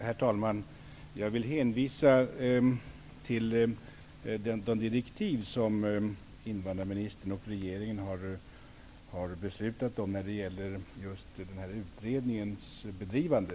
Herr talman! Jag vill hänvisa till de direktiv som invandrarministern och regeringen har utfärdat när det gäller just utredningens bedrivande.